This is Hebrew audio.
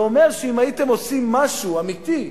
זה אומר שאם הייתם עושים משהו אמיתי,